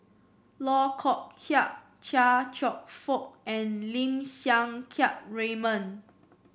Loh Kok Heng Chia Cheong Fook and Lim Siang Keat Raymond